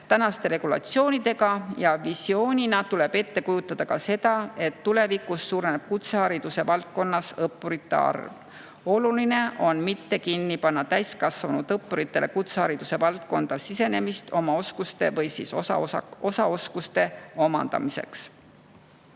tänaste regulatsioonidega ja visioonina tuleb ette kujutada ka seda, et tulevikus suureneb kutsehariduse valdkonnas õppurite arv. Oluline on mitte kinni panna täiskasvanud õppuritele kutsehariduse valdkonda sisenemist uute oskuste või osaoskuste omandamiseks.